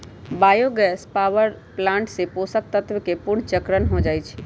bio gas power plant से पोषक तत्वके पुनर्चक्रण हो जाइ छइ